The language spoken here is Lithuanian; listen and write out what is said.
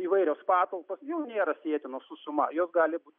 įvairios patalpos nėra sietinos su suma jo gali būti